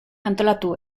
antolatu